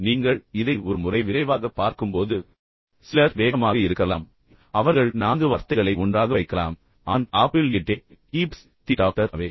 எனவே நீங்கள் இதை ஒரு முறை விரைவாகப் பார்க்கும்போது சிலர் வேகமாக இருக்கலாம் அவர்கள் 4 வார்த்தைகளை ஒன்றாக வைக்கலாம் an apple a day keeps the doctor away